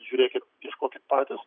žiūrėkit ieškokit patys